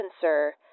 sir